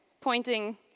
pointing